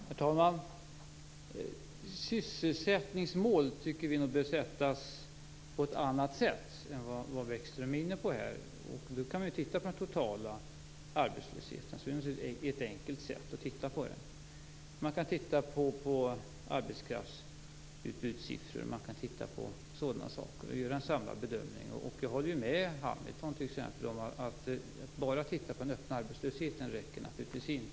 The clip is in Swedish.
Herr talman! Sysselsättningsmål tycker vi nog bör sättas på ett annat sätt än vad Bäckström är inne på här. Vi kan då titta på den totala arbetslösheten. Det är ett enkelt sätt att sitta på det. Man kan titta på arbetskraftsutbudssiffror och sådana saker och göra en samlad bedömning. Jag håller med t.ex. Hamilton. Att bara titta på den öppna arbetslösheten räcker naturligtvis inte.